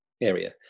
area